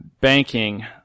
banking